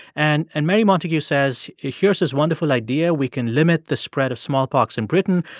and and mary montagu says here's this wonderful idea. we can limit the spread of smallpox in britain.